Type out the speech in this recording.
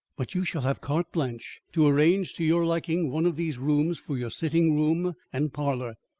but you shall have carte blanche to arrange to your liking one of these rooms for your sitting-room and parlour.